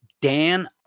Dan